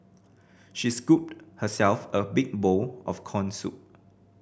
she scooped herself a big bowl of corn soup